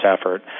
effort